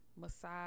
massage